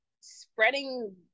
spreading